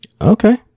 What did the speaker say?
Okay